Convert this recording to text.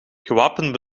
gewapend